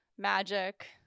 magic